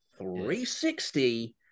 360